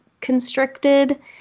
constricted